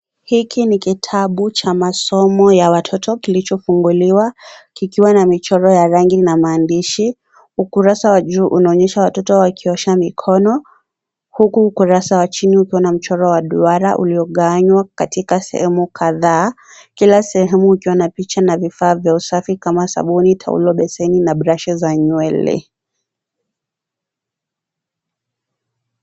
Hiki ni kitabu cha masomo ya watoto kilichofunguliwa kikiwa na michoro ya rangi na maandishi ukurasa wa juu unaonyesha watoto wakiosha mikono huku ukurasa wa chini ukiwa na mchoro wa duara uliogaganywa kwa sehemu kadhaa kila sehemu ikiwa na picha na vifaa vya usafi kama vile sabuni, taulo , besheni na brashi za nywele.